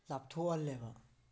ꯂꯥꯞꯊꯣꯛꯍꯜꯂꯦꯕ